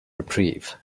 reprieve